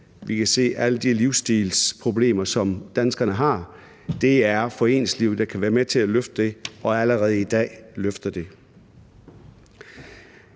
Vi kan se alle de livsstilsproblemer, som danskerne har, og det er foreningslivet, der kan være med til at løfte den opgave og allerede i dag løfter den.